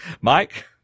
Mike